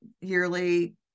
yearly